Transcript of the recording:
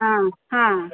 हां हां